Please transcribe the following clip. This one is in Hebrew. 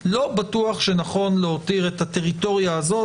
שנכון להותיר את הטריטוריה הזאת,